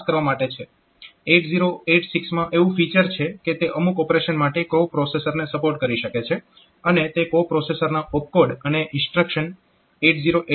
8086 માં એવું ફીચર છે કે તે અમુક ઓપરેશન માટે કો પ્રોસેસરને સપોર્ટ કરી શકે છે અને અહીં 8086 એ કો પ્રોસેસરના ઓપકોડ અને ઇન્સ્ટ્રક્શન સમજી શકશે નહીં